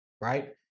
right